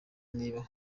niba